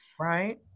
right